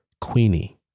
queenie